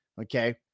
okay